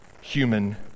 human